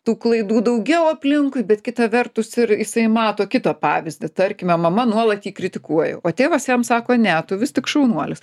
tų klaidų daugiau aplinkui bet kita vertus ir jisai mato kito pavyzdį tarkime mama nuolat jį kritikuoja o tėvas jam sako ne tu vis tik šaunuolis